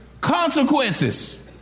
consequences